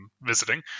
visiting